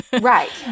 Right